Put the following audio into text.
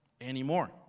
anymore